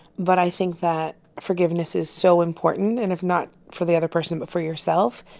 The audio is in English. but i think that forgiveness is so important and if not for the other person but for yourself.